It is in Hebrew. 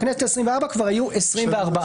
בכנסת ה-24 כבר היו 24,